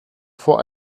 vor